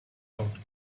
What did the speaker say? out